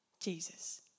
Jesus